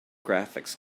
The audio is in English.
graphics